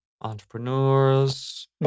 entrepreneurs